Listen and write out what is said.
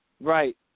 Right